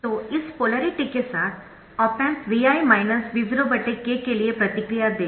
तो इस पोलेरिटी के साथ op amp Vi V0 k के लिए प्रतिक्रिया देगा